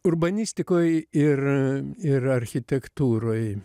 urbanistikoj ir ir architektūroj